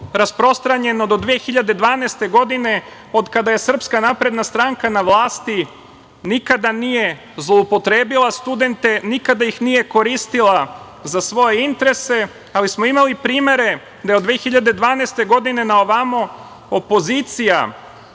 rasprostranjeno do 2012. godine. Od kada je SNS na vlasti, nikada nije zloupotrebila studente, nikada ih nije koristila za svoje interese, ali smo imali primere da od 2012. godine na ovamo, opozicija